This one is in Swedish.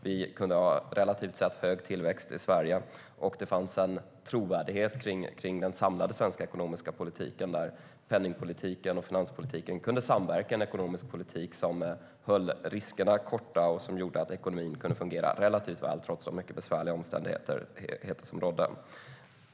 Vi hade en relativt sett hög tillväxt i Sverige. Det fanns en trovärdighet för den samlade svenska ekonomiska politiken där penningpolitiken och finanspolitiken kunde samverka i en ekonomisk politik som innebar kortvariga risker och som gjorde att ekonomin fungerade relativt väl, trots de mycket besvärliga omständigheter som då rådde.